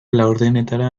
laurdenetara